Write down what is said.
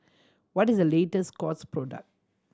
what is the latest Scott's product